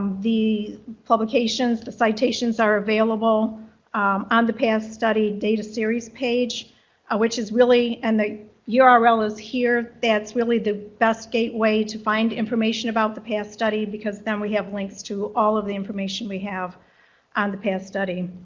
the publications, the citations, are available on the path study data series page ah which is really. and the url is here. that's really the best gateway to find information about the path study because then we have links to all of the information we have on the path study.